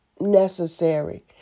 necessary